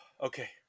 Okay